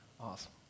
Awesome